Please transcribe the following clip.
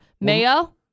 mayo